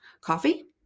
Coffee